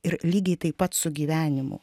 ir lygiai taip pat su gyvenimu